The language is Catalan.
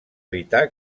evitar